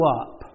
up